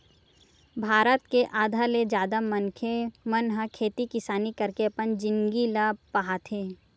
भारत के आधा ले जादा मनखे मन ह खेती किसानी करके अपन जिनगी ल पहाथे